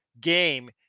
game